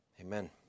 Amen